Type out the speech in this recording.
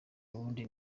ubundi